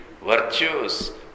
virtues